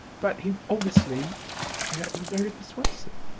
but he obviously was very persuasive.